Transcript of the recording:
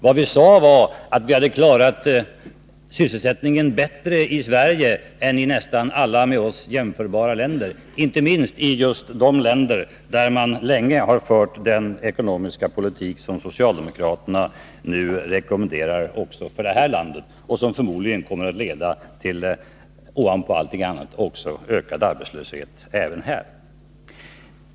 Vad vi sade var att vi hade klarat sysselsättningen bättre i Sverige än vad man gjort i nästan alla med oss jämförbara länder, inte minst i just de länder där man länge har fört den ekonomiska politik som socialdemokraterna nu rekommenderar också för vårt land och som förmodligen kommer att leda till — ovanpå allt annat — ökad arbetslöshet även här.